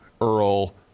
Earl